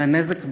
אלא נזק בכלל,